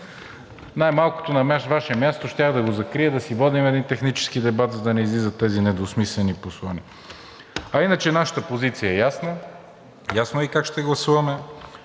Най-малкото, на Ваше място щях да го закрия, да си водим един технически дебат, за да не излизат тези недвусмислени послания. А иначе нашата позиция е ясна, ясно е и как ще гласуваме.